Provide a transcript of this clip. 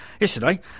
Yesterday